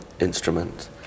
instrument